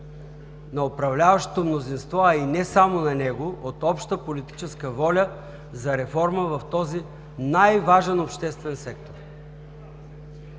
на управляващото мнозинство, а и не само на него – от обща политическа воля за реформа в този най-важен обществен сектор.